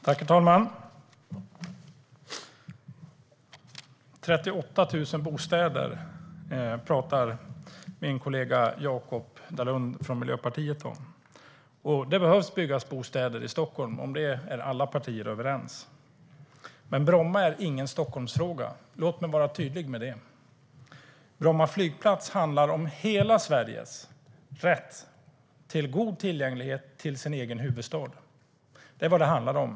Herr talman! 38 000 bostäder talar min kollega Jakop Dalunde från Miljöpartiet om. Det behöver byggas bostäder i Stockholm; om det är alla partier överens. Men Bromma är ingen Stockholmsfråga. Låt mig vara tydlig med det. Bromma flygplats handlar om hela Sveriges rätt till god tillgänglighet till sin egen huvudstad. Det är vad det handlar om.